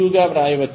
గా వ్రాయవచ్చు